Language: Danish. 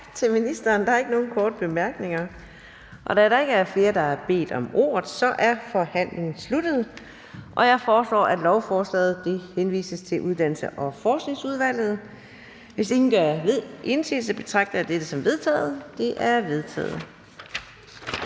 Tak til ministeren. Der er ikke nogen korte bemærkninger. Da der ikke er flere, der har bedt om ordet, er forhandlingen sluttet. Jeg foreslår, at lovforslaget henvises til Uddannelses- og Forskningsudvalget. Hvis ingen gør indsigelse, betragter jeg dette som vedtaget. Det er vedtaget.